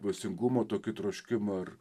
dvasingumo tokį troškimą ar